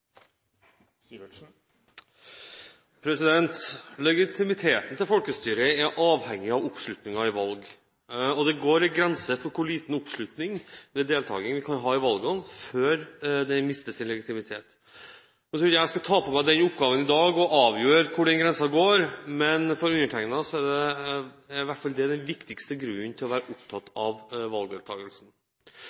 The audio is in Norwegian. Legitimiteten til folkestyret er avhengig av oppslutningen i valg. Det går en grense for hvor liten oppslutning ved deltakelse vi kan ha i valgene, før de mister sin legitimitet. Jeg skal ikke ta på meg den oppgaven i dag og avgjøre hvor den grensen går, men for undertegnede er iallfall det den viktigste grunnen til å være opptatt av